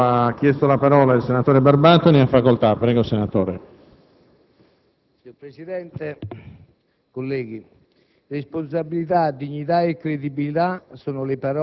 Questa è la mia maggioranza, Prodi è il mio presidente del Consiglio, da cui vorrei vedere applicato tutto il programma elettorale e non solo le parti peggiori di quel compromesso.